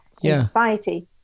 society